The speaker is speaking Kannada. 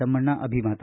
ತಮ್ನಣ್ಣ ಅಭಿಮತ